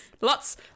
Lots